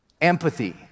Empathy